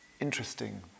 Interesting